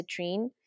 citrine